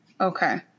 Okay